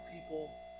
people